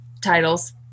titles